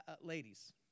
ladies